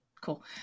Cool